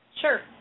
Sure